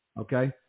Okay